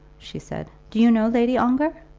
she said, do you know lady ongar?